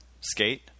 skate